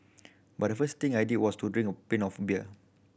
but the first thing I did was to drink a pint of beer